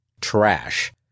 trash